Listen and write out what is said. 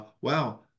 wow